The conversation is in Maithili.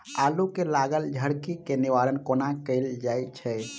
आलु मे लागल झरकी केँ निवारण कोना कैल जाय छै?